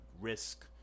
risk